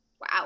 Wow